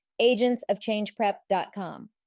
agentsofchangeprep.com